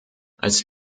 als